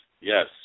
Yes